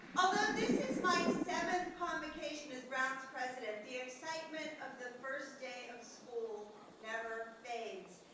although this is my seventh convocation as brown's president, the excitement of the first day of school never fades.